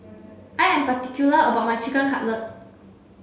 I am particular about my Chicken Cutlet